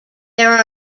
there